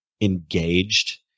engaged